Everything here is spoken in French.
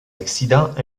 accidents